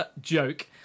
joke